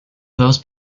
those